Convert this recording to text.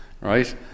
Right